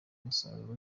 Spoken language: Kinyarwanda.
umusaruro